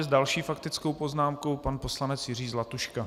S další faktickou poznámkou pan poslanec Jiří Zlatuška.